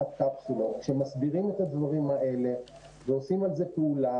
כשמסבירים את הדברים האלה ועושים על זה פעולה